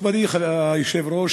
מכובדי היושב-ראש,